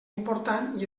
important